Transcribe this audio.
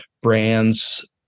brands